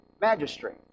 magistrate